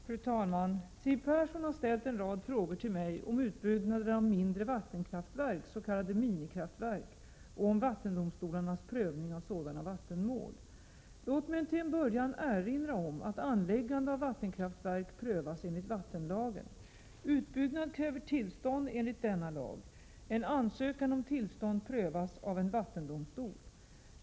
Fru talman! Siw Persson har ställt en rad frågor till mig om utbyggnaden av mindre vattenkraftverk, s.k. minikraftverk, och om vattendomstolarnas prövning av sådana vattenmål. Låt mig till en början erinra om att anläggande av vattenkraftverk prövas enligt vattenlagen. Utbyggnad kräver tillstånd enligt denna lag. En ansökan om tillstånd prövas av en vattendomstol.